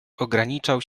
ograniczał